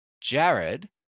Jared